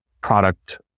product